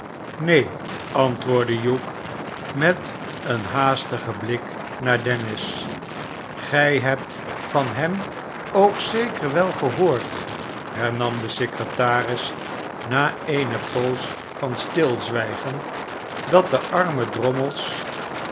neen antwoordde hugh met een haastigen bilk naar dennis gij hebt van hem ook zeker wel genoord hernam de secretaris na eene poos van stilzwijgen dat de arme drommels